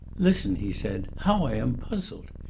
listen, he said, how i am puzzled!